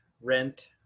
rent